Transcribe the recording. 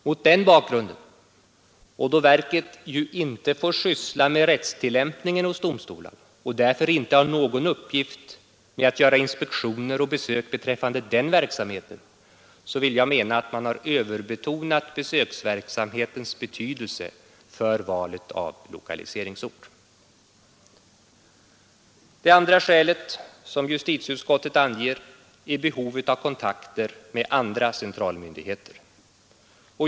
Mot den bakgrunden och då verket ju inte får syssla med rättstillämpningen hos domstolarna och därför inte har som uppgift att göra inspektioner och besök beträffande denna verksamhet, vill jag mena att man har överbetonat besöksverksamhetens betydelse för valet av lokaliseringsort. Det andra skäl som justitieutskottet anger är behovet av kontakter med andra centralmyndigheter.